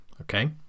Okay